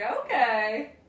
Okay